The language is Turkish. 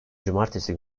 cumartesi